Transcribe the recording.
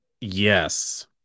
Yes